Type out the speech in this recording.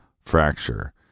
fracture